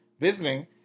visiting